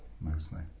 mostly